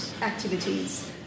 activities